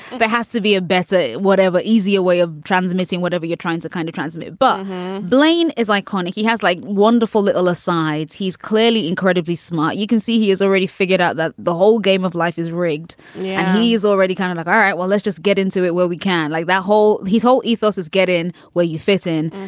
there has to be a better whatever easier way of transmitting whatever you're trying to kind of transmit. but blaine is like, connie, he has like wonderful little asides. he's clearly incredibly smart. you can see he is already figured out that the whole game of life is rigged and yeah he is already kind of love. like all right. well, let's just get into it where we can like that whole his whole ethos is get in where you fit in.